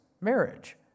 marriage